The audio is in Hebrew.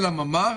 אל המפקד